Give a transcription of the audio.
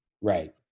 Right